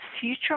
future